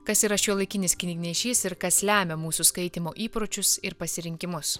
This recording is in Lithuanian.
kas yra šiuolaikinis knygnešys ir kas lemia mūsų skaitymo įpročius ir pasirinkimus